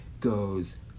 goes